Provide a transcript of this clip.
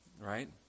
right